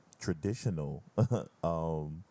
traditional